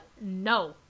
no